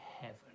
heaven